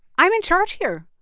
i'm in charge here.